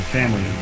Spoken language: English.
family